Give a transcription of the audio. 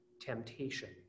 temptation